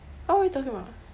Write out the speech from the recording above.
what are we talking about